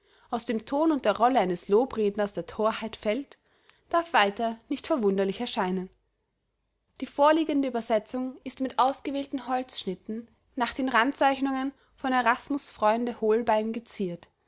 aus dem ton und der rolle eines lobredners der thorheit fällt darf weiter nicht verwunderlich erscheinen die vorliegende übersetzung ist mit ausgewählten holzschnitten nach den randzeichnungen von erasmus freunde holbein geziert